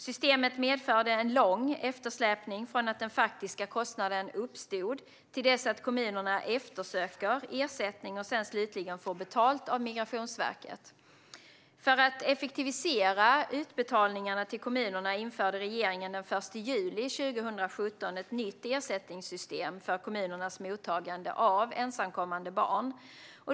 Systemet medförde en lång eftersläpning från att den faktiska kostnaden uppstod till dess att kommunerna eftersöker ersättning och sedan slutligen får betalt av Migrationsverket. För att effektivisera utbetalningarna till kommunerna införde regeringen den 1 juli 2017 ett nytt ersättningssystem för kommunernas mottagande av ensamkommande barn.